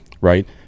Right